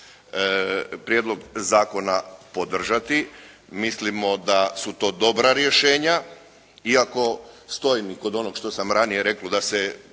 prijedlog zakona podržati. Mislimo da su to dobra rješenja, iako stojim i kod onog što sam ranije rekao, da se